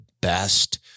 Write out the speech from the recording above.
best